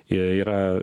jie yra